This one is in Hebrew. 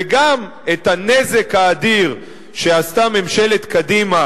וגם את הנזק האדיר שעשתה ממשלת קדימה